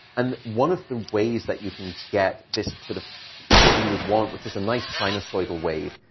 and one of the ways that you can get this sort of what you would want, which is a nice sinusoidal wave,